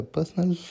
Personal